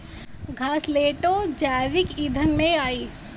घासलेटो जैविक ईंधन में आई